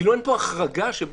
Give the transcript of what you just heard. אפילו אין פה החרגה שאומרת